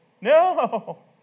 No